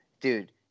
dude